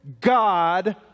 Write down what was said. God